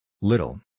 Little